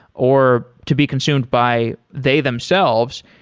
or to be consumed by they themselves,